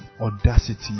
audacity